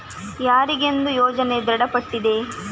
ಯಾರಿಗೆಂದು ಯೋಜನೆ ದೃಢಪಟ್ಟಿದೆ?